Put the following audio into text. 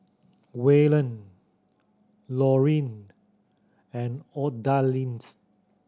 Waylon Lorin and Odalys